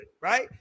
right